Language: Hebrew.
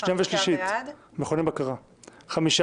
5 בעד, 4 נגד.